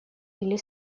или